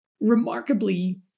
Remarkably